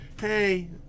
hey